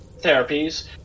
therapies